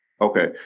Okay